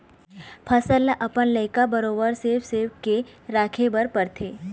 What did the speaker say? फसल ल अपन लइका बरोबर सेव सेव के राखे बर परथे